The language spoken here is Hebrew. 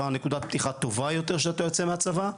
נקודת פתיחה טובה יותר שאתה יוצא מהצבא.